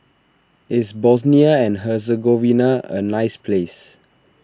is Bosnia and Herzegovina a nice place